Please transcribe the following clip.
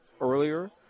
earlier